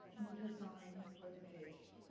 and the design for the dish.